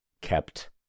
kept